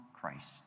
Christ